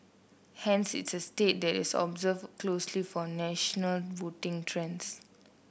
hence it's a state that is observed closely for national voting trends